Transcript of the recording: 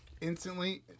instantly